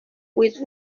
with